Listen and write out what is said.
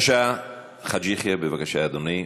חאג' יחיא, בבקשה, אדוני.